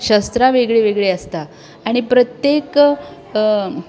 शस्त्रां वेगळीं वेगळीं आसता आनी प्रत्येक